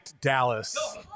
Dallas